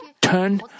turn